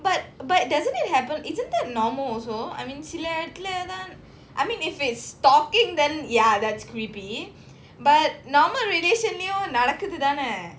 but but doesn't that happen isn't that normal also I mean சில இடத்துல தான்:sila idathula thaan I mean if it's stalking then ya that's creepy but normal relation லயும் நடக்குது தானே:layum nadakkuthu thaanae